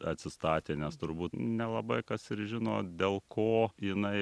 atsistatė nes turbūt nelabai kas ir žino dėl ko jinai